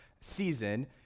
season